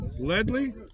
Ledley